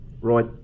right